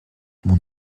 mon